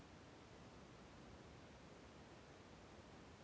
Agri bazaar ರೈತರಿಗೆ ಸಹಕಾರಿ ಆಗ್ತೈತಾ?